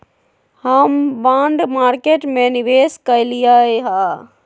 हम bond market में निवेश कलियइ ह